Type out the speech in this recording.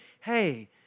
hey